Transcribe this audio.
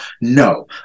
no